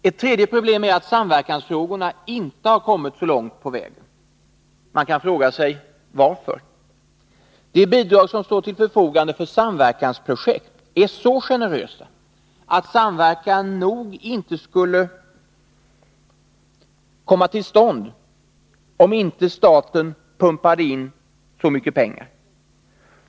Ett tredje problem är att samverkansfrågorna inte har kommit så långt på vägen. Man kan fråga sig varför. De bidrag som står till förfogande vid samverkansprojekt är så generösa att samverkan nog inte skulle komma till stånd om inte staten pumpade in så mycket pengar som den gör.